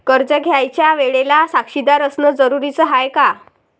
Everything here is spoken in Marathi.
कर्ज घ्यायच्या वेळेले साक्षीदार असनं जरुरीच हाय का?